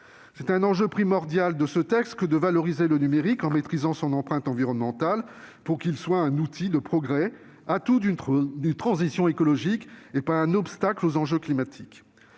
L'enjeu primordial de ce texte est de valoriser le numérique en maîtrisant son empreinte environnementale pour qu'il soit un outil de progrès, atout d'une transition écologique et non pas obstacle aux enjeux climatiques.